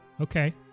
okay